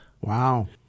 Wow